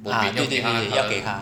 啊对对对要给他